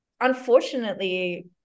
unfortunately